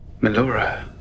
Melora